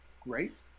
great